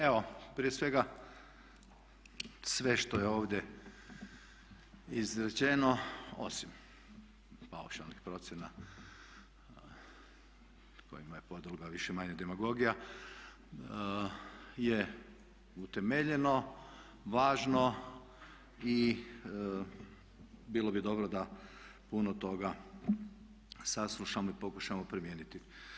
Evo prije svega sve što je ovdje izrečeno osim paušalnih procjena kojima je podloga više-manje demagogija je utemeljeno, važno i bilo bi dobro da puno toga saslušamo i pokušamo primijeniti.